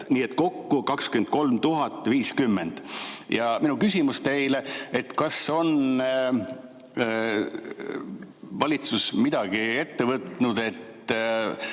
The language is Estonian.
nii et kokku 23 050. Ja mu küsimus teile: kas valitsus on midagi ette võtnud, et